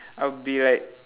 I'll be like